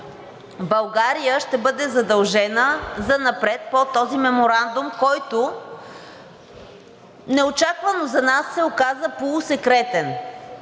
България ще бъде задължена занапред по този меморандум, който неочаквано за нас се оказа полусекретен.